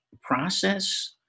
process